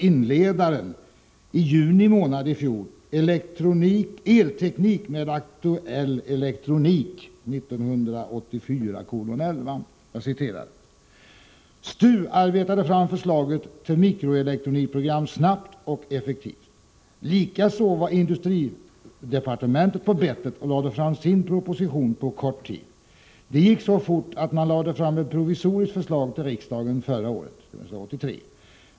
inledare i juni månad i fjol i tidningen Elteknik med Aktuell elektronik, nr 1984:11: ”STU arbetade fram förslaget till mikroelektronikprogram snabbt och effektivt. Likaså var industridepartementet på bettet och lade fram sin proposition på kort tid. Det gick ju så fort att man lade fram ett provisoriskt förslag till riksdagen förra året.